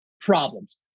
problems